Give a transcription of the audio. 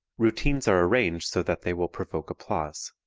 routines are arranged so that they will provoke applause.